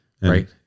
Right